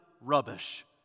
rubbish